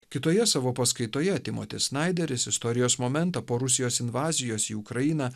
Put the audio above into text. kitoje savo paskaitoje timotis snaideris istorijos momentą po rusijos invazijos į ukrainą